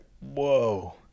whoa